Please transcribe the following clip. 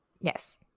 yes